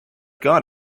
got